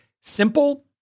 simple